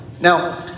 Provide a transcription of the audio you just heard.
Now